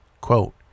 Quote